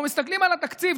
אנחנו מסתכלים על התקציב.